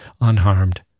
unharmed